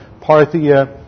Parthia